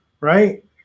right